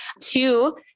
Two